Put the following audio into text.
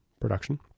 production